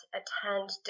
attend